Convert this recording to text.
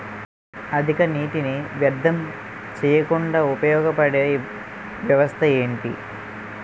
అధిక నీటినీ వ్యర్థం చేయకుండా ఉపయోగ పడే వ్యవస్థ ఏంటి